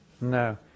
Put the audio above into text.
No